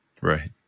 Right